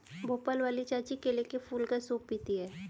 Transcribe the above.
भोपाल वाली चाची केले के फूल का सूप पीती हैं